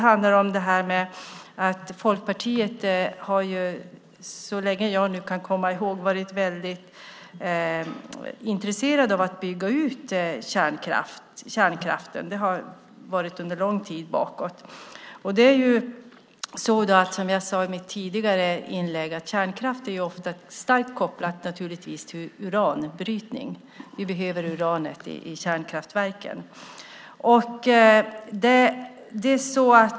I Folkpartiet har ni så länge som jag kan komma ihåg varit väldigt intresserade av att bygga ut kärnkraften. Det har ni varit sedan lång tid tillbaka. Som jag sade i mitt tidigare inlägg är kärnkraft naturligtvis starkt kopplad till uranbrytning. Man behöver uranet i kärnkraftverken.